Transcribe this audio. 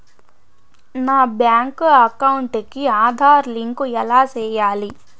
నా bank account కి Aadhaar link ఎలా సేయాలి